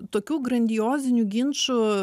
tokių grandiozinių ginčų